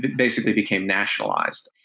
basically became nationalized.